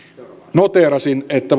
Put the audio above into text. noteerasin että